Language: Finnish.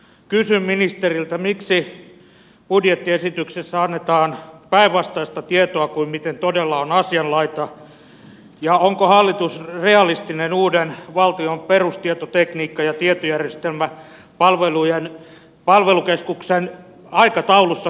kysyn ministeriltä miksi budjettiesityksessä annetaan päinvastaista tietoa kuin miten todella on asianlaita ja onko hallitus realistinen uuden valtion perustietotekniikka ja tietojärjestelmäpalvelujen palvelukeskuksen aikataulussakaan